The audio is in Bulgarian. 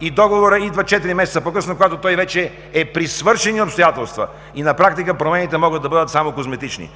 и договорът идва четири месеца по-късно, когато той вече е при свършени обстоятелства и на практика промените могат да бъдат само козметични.